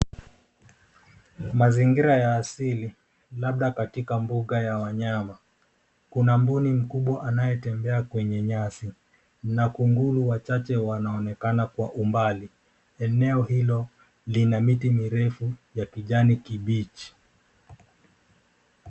Mazingira ya asili labda katika mbuga ya wanyama kuna mbuni mkubwa anayetembea kwenye nyasi na kunguru wachache wanaonekana kwa umbali. Eneo hilo lina miti mirefu ya kijani kibichi.